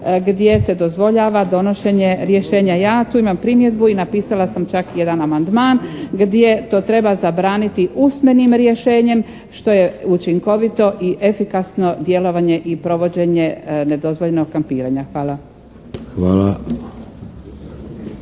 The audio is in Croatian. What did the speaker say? gdje se dozvoljava donošenje rješenja. Ja tu imam primjedbu i napisala sam čak jedan amandman gdje to treba zabraniti usmenim rješenjem što je učinkovito i efikasno djelovanje i provođenje nedozvoljenog kampiranja. Hvala.